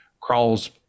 crawls